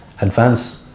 advance